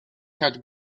had